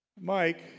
Mike